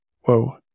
whoa